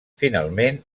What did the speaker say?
finalment